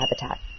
habitat